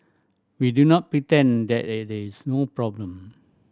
we do not pretend that it is no problem